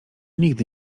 nigdy